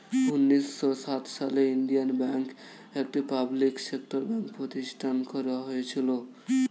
উন্নিশো সাত সালে ইন্ডিয়ান ব্যাঙ্ক, একটি পাবলিক সেক্টর ব্যাঙ্ক প্রতিষ্ঠান করা হয়েছিল